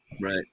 Right